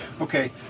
Okay